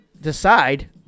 decide